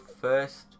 first